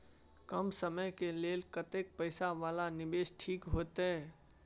कम समय के लेल कतेक पैसा वाला निवेश ठीक होते?